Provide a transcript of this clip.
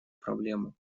проблему